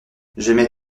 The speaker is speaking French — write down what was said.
j’aimais